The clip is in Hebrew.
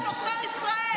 רמאי, שקרן, עוכר ישראל.